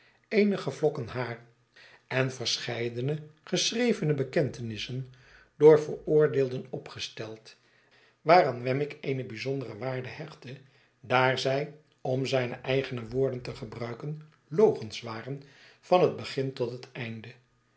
eenige vlokken haar en verscheidene geschrevene bekentenissen door veroordeelden opgesteld waaraan wemmick eene bijzondere waarde hechtte daar zij om zijne eigene woorden te gebruiken logens waren van het begin tot het einde